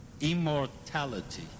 immortality